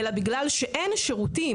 אלא בגלל שאין שירותים,